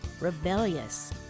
rebellious